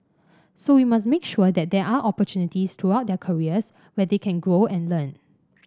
so we must make sure that there are opportunities throughout their careers where they can grow and learn